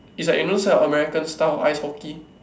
is like you know those kind of American style ice hockey